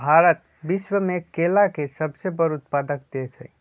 भारत विश्व में केला के सबसे बड़ उत्पादक देश हई